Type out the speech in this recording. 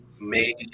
made